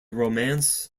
romance